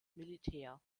militär